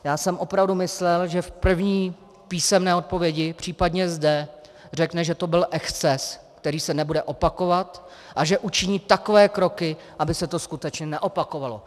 Já jsem opravdu myslel, že v první písemné odpovědi, případně zde, řekne, že to byl exces, který se nebude opakovat, a že učiní takové kroky, aby se to skutečně neopakovalo.